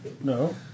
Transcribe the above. no